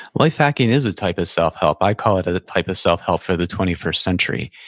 life hacking is a type of self-help. i call it a type of self-help for the twenty first century.